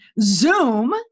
Zoom